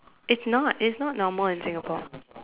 it's not it's not normal in Singapore